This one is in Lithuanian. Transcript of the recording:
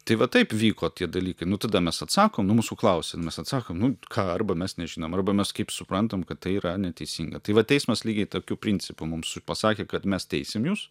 tai va taip vyko tie dalykai nu tada mes atsakom nu mūsų klausia mes atsakom nu ką arba mes nežinom arba mes kaip suprantam kad tai yra neteisinga tai va teismas lygiai tokiu principu mums pasakė kad mes teisim jus